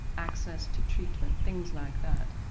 access to treatment, things like that.